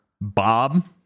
Bob